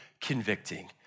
convicting